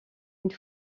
une